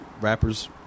rappers